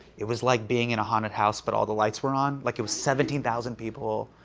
it was like being in a haunted house but all the lights were on. like, it was seventeen thousand people,